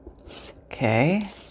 Okay